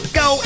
go